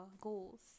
goals